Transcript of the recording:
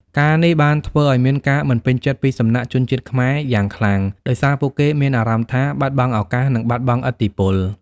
ការណ៍នេះបានធ្វើឱ្យមានការមិនពេញចិត្តពីសំណាក់ជនជាតិខ្មែរយ៉ាងខ្លាំង ដោយសារពួកគេមានអារម្មណ៍ថា បាត់បង់ឱកាស និងបាត់បង់ឥទ្ធិពល។